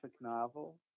novel